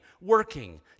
working